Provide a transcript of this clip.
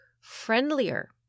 friendlier